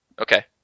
Okay